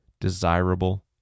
desirable